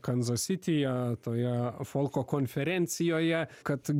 kanzas sityje toje folko konferencijoje kad geri